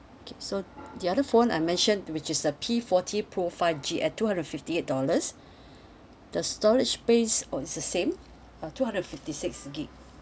okay so the other phone I mentioned which is the P forty pro five G at two hundred fifty eight dollars the storage space oh is the same uh two hundred and fifty six gig